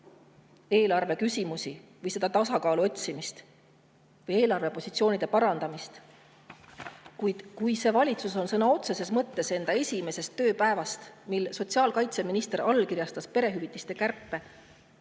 eelarveküsimusi, seda tasakaalu otsimist või eelarvepositsiooni parandamist. Kuid see valitsus on sõna otseses mõttes enda esimesest tööpäevast, mil sotsiaalkaitseminister allkirjastas perehüvitiste kärpe,